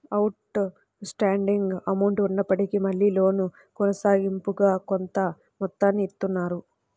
out standing amount ఉన్నప్పటికీ మళ్ళీ loan కొనసాగింపుగా కొంత మొత్తాన్ని ఇత్తన్నారు